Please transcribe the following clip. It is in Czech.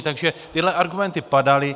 Takže tyhle argumenty padaly.